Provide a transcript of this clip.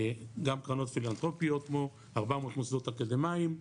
גם קרנות פילנתרופיות כמו 400 מוסדות אקדמאים,